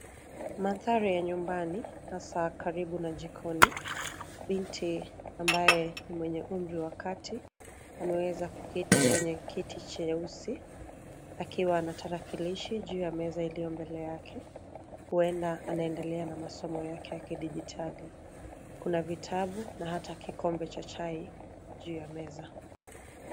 Mandhari ya nyumbani hasa karibu na jikoni binti ambaye ni mwenye umri wa kati ameweza kuketi kwenye kiti cheusi akiwa na tarakilishi juu ya meza iliyo mbele yake huenda anaendelea na masomo yake ya kidijitali. Kuna vitabu na hata kikombe cha chai juu ya meza.